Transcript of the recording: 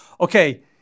Okay